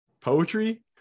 poetry